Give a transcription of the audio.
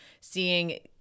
seeing